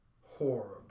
horrible